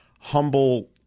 humble